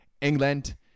england